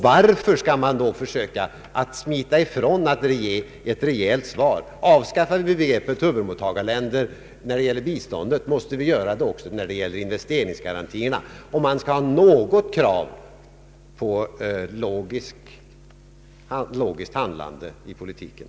Varför försöker utrikesministern då smita ifrån ett rejält svar? Avskaffar vi begreppet huvudmottagarländer när det gäller biståndet måste vi göra det också beträffande investeringsgarantierna, om man skall ha något krav på logiskt handlande i politiken.